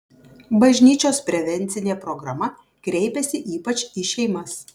bažnyčios prevencinė programa kreipiasi ypač į šeimas